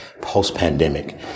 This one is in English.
post-pandemic